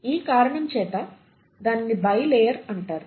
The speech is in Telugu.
ఈ కారణం చేత దానిని బైలేయర్ అని అంటారు